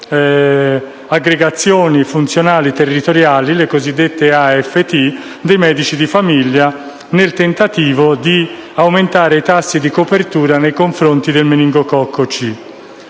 aggregazioni funzionali territoriali, le cosiddette AFT, dei medici di famiglia nel tentativo di aumentare i tassi di copertura nei confronti del meningococco C.